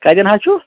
کَتٮ۪ن حظ چھُ